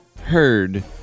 heard